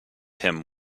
him